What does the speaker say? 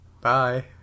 Bye